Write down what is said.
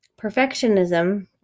perfectionism